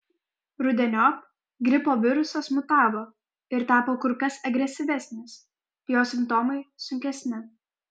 rudeniop gripo virusas mutavo ir tapo kur kas agresyvesnis jo simptomai sunkesni